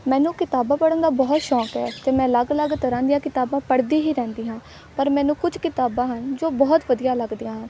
ਮੈਨੂੰ ਕਿਤਾਬਾਂ ਪੜ੍ਹਨ ਦਾ ਬਹੁਤ ਸ਼ੌਕ ਹੈ ਅਤੇ ਮੈਂ ਅਲੱਗ ਅਲੱਗ ਤਰ੍ਹਾਂ ਦੀਆਂ ਕਿਤਾਬਾਂ ਪੜ੍ਹਦੀ ਹੀ ਰਹਿੰਦੀ ਹਾਂ ਪਰ ਮੈਨੂੰ ਕੁਝ ਕਿਤਾਬਾਂ ਹਨ ਜੋ ਬਹੁਤ ਵਧੀਆ ਲੱਗਦੀਆਂ ਹਨ